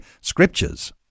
scriptures